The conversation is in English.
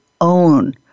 own